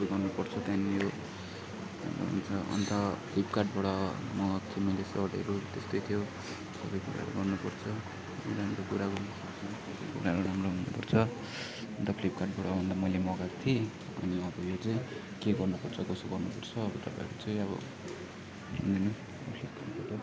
अन्त फ्लिपकार्टबाट मगाएको छु मैले सर्टहरू त्यस्तै थियो तपाईँकोबाट गर्नुपर्छ अन्त फ्लिपकार्टबाट मैले मगाएको थिएँ अनि अब यो चाहिँ के गर्नुपर्छ कसो गर्नुपर्छ